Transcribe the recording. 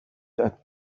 that